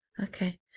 Okay